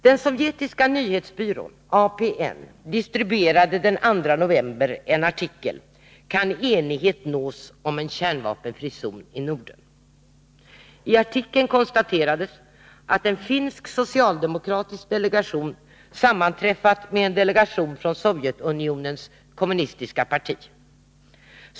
Den sovjetiska nyhetsbyrån APN distribuerade den 2 november en artikel: ”Kan enighet nås om en kärnvapenfri zon i Norden?” I artikeln konstaterades att en finsk socialdemokratisk delegation sammanträffat med en delegation från Sovjetunionens kommunistiska parti.